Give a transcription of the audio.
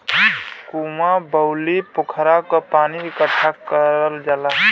कुँआ, बाउली, पोखरा क पानी इकट्ठा करल जाला